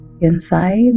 inside